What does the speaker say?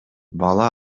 бала